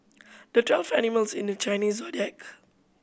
there twelve animals in the Chinese Zodiac